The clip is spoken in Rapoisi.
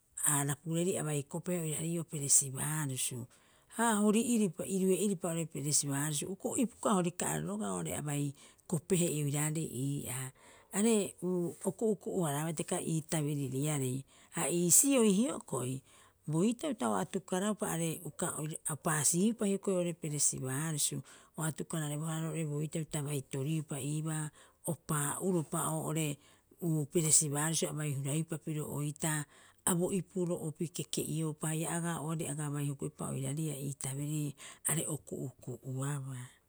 Ha arapureeri a bai kopehe oiraare ii'oo peresibaarusu. Ha hoiri'iripa iru'e'iripa oo'ore peresibaarusu uka horika'aro roga'a oo'ore abai kopehe oiraarei ii'aa. Are o ku'uku'u- haraabaa hitaka ii tabiririarei, ha iisioi hioko'i. boitau ta o atukaraupa are uka a paasiiupa hioko'i oo'ore peresibaarusu o atukararebohara roo'ore boitau ta bai toriupa iibaa o pa'a'uropa oo'ore peresibaarusu a bai huraiupa pirio oitaa, a bo ipuro'opi keke'ioupa haia aga oari aga bai hukuepa oiraarei ii'aa ii tabiriri are o ku'uku'uabaa